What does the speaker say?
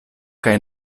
kaj